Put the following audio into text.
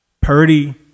Purdy